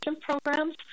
programs